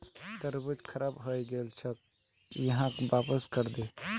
तरबूज खराब हइ गेल छोक, यहाक वापस करे दे